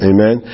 Amen